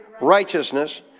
Righteousness